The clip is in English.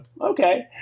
okay